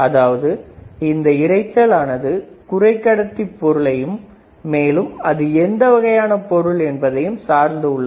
அதாவது இந்த இரைச்சல் ஆனது குறைக்கடத்தி பொருளையும் மேலும் அது எந்த வகையான பொருள் என்பதையும் சார்ந்து உள்ளது